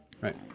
right